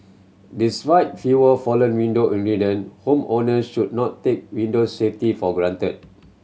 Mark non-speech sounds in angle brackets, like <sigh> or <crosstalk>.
despite fewer fallen window <unintelligible> homeowner should not take window safety for granted